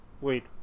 Wait